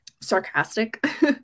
sarcastic